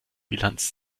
bilanz